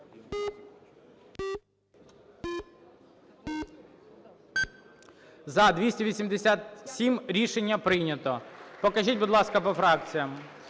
За-287 Рішення прийнято. Покажіть, будь ласка, по фракціям.